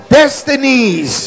destinies